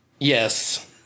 Yes